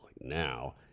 now